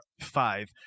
five